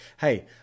Hey